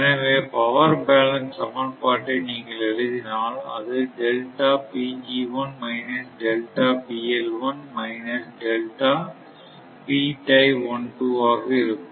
எனவே power balance சமன்பாட்டை நீங்கள் எழுதினால் அது ஆக இருக்கும்